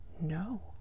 no